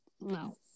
no